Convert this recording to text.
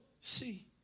see